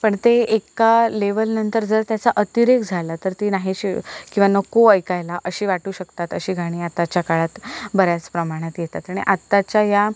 पण ते एका लेवल नंतर जर त्याचा अतिरेक झाला तर ती नाहीशी किंवा नको ऐकायला अशी वाटू शकतात अशी गाणी आताच्या काळात बऱ्याच प्रमाणात येतात आणि आत्ताच्या या